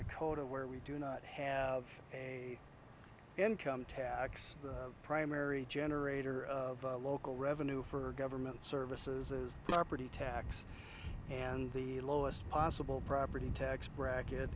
dakota where we do not have a income tax the primary generator of local revenue for government services is property tax and the lowest possible property tax bracket